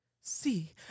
See